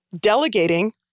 delegating